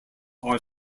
are